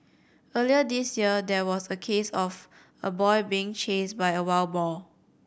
earlier this year there was a case of a boy being chased by a wild boar